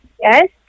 Yes